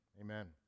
amen